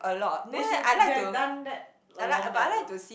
they should they have done that a long time ago